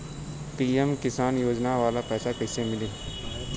PM किसान योजना वाला पैसा कईसे मिली?